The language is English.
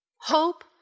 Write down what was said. Hope